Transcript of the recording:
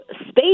space